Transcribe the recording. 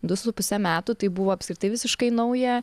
du su puse metų tai buvo apskritai visiškai nauja